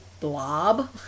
blob